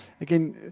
Again